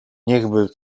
niechby